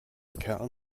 kerl